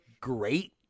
great